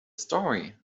story